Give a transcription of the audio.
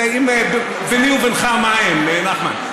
ביני ובינך, מה הם, נחמן?